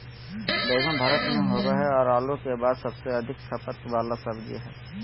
बैंगन भारत में होबो हइ और आलू के बाद सबसे अधिक खपत वाला सब्जी हइ